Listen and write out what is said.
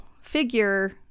figure